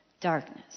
darkness